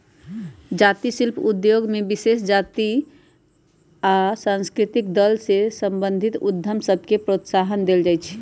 जाती शिल्प उद्योग में विशेष जातिके आ सांस्कृतिक दल से संबंधित उद्यम सभके प्रोत्साहन देल जाइ छइ